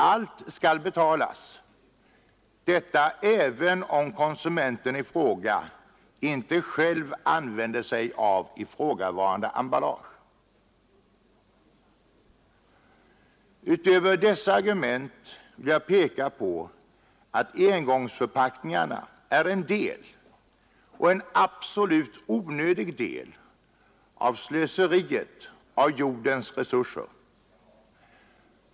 Allt skall betalas — detta även om konsumenten icke själv använder sig av ifrågavarande emballage! Utöver dessa argument vill jag peka på att engångsförpackningarna är en del — och en absolut onödig del — av slöseriet med jordens resurser.